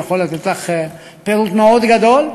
ואני יכול לתת לך פירוט מאוד גדול.